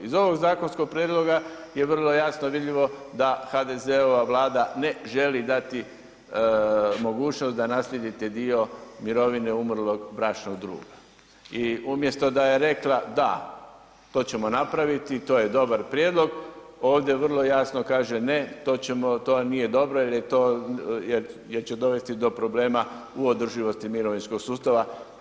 Iz ovog zakonskog prijedloga je vrlo jasno vidljivo da HDZ-ova Vlada ne želi dati mogućnost da naslijedite dio mirovine umrlog bračnog druga i umjesto da je rekla da, to ćemo napraviti, to je dobar prijedlog, ovdje vrlo jasno kaže ne, to ćemo, to nije dobro jer je to, jer će dovesti do problema u održivosti mirovinskog sustava.